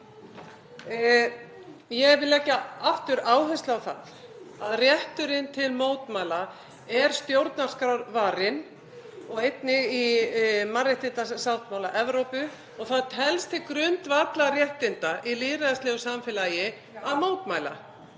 Ég vil leggja aftur áherslu á það að rétturinn til mótmæla er stjórnarskrárvarinn og einnig í mannréttindasáttmála Evrópu og það telst til grundvallarréttinda í lýðræðislegu samfélagi að mótmæla.